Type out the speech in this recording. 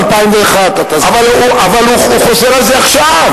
זה משנת 2001. אבל הוא חוזר על זה עכשיו.